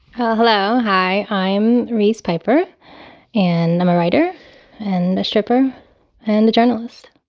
hello. hi i'm reese piper and i'm a writer and a stripper and a journalist